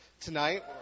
tonight